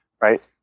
right